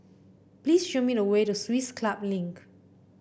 please show me the way to Swiss Club Link